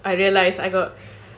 I realise I got